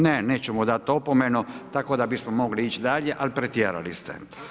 Ne neću mu dati opomenu tako da bismo mogli ići dalje, ali pretjerali ste.